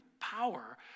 power